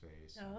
face